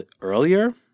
earlier